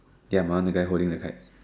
ya my one the guy holding the kite